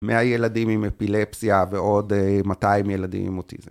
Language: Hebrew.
100 ילדים עם אפילפסיה ועוד 200 ילדים עם אוטיזם.